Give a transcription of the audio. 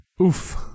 Oof